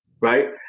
Right